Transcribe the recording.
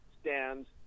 stands